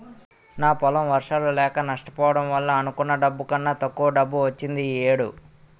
నా పొలం వర్షాలు లేక నష్టపోవడం వల్ల అనుకున్న డబ్బు కన్నా తక్కువ డబ్బు వచ్చింది ఈ ఏడు